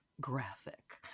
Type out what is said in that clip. graphic